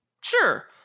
sure